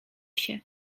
się